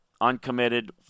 Uncommitted